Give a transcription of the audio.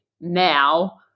now